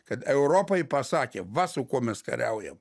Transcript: kad europai pasakė va su kuo mes kariaujam